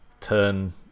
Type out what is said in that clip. turn